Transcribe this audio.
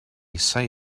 say